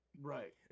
Right